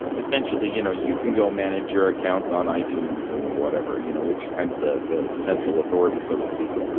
essentially, you know you can go manage your accounts on itunes and whatever, you know which is kind of the the central authority, so to speak.